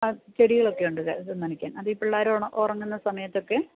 ആ ചെടികളൊക്കെയുണ്ട് നനയ്ക്കാൻ അത് ഈ പിള്ളാര് ഉറങ്ങുന്ന സമയത്തൊക്കെ